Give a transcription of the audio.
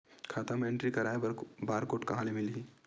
खाता म एंट्री कराय बर बार कोड कहां ले मिलही?